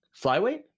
Flyweight